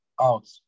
out